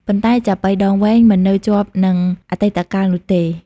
ប៉ុន្តែ ចាប៉ីដងវែងមិននៅជាប់នឹងអតីតកាលនោះទេ។